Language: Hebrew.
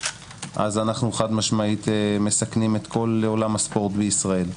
אז אנחנו חד משמעית מסכנים את כל עולם הספורט בישראל.